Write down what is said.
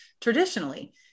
traditionally